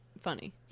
funny